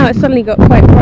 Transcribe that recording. ah suddenly got quite